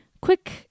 Quick